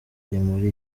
muri